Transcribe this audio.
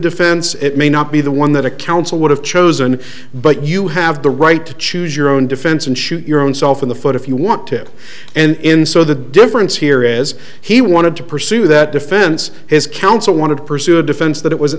defense it may not be the one that a counsel would have chosen but you have the right to choose your own defense and shoot your own self in the foot if you want to and in so the difference here is he wanted to pursue that defense his counsel wanted to pursue a defense that it was an